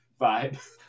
vibe